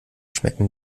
schmecken